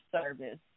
service